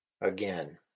Again